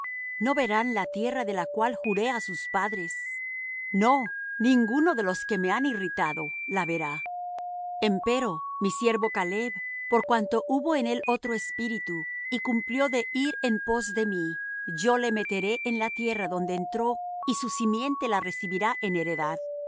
no verán la tierra de la cual juré á sus padres no ninguno de los que me han irritado la verá empero mi siervo caleb por cuanto hubo en él otro espíritu y cumplió de ir en pos de mi yo le meteré en la tierra donde entró y su simiente la recibirá en heredad